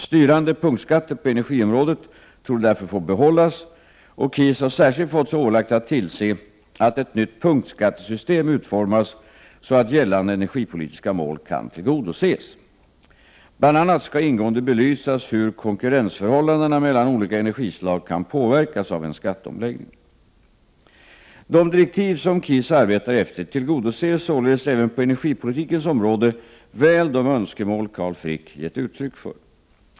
Styrande punktskatter på energiområdet torde därför få behållas, och KIS har särskilt fått sig ålagt att tillse att ett nytt punktskattesystem utformas så att gällande energipolitiska mål kan tillgodoses. Bl.a. skall man ingående belysa hur konkurrensförhållandena mellan olika energislag kan påverkas av en skatteomläggning. De direktiv som KIS arbetar efter tillgodoser således även på energipolitikens område väl de önskemål Carl Frick givit uttryck för.